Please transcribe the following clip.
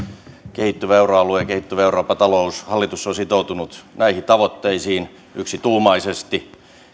kehittyvä euroalue ja kehittyvä eurooppa talous hallitus on sitoutunut näihin tavoitteisiin yksituumaisesti